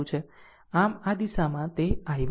આમ આ દિશામાં તે I1 I2 છે